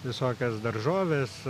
visokias daržoves